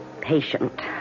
patient